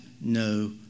no